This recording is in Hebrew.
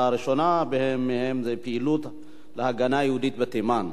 הראשונה בהן היא: פעילות להגנת היהודים בתימן.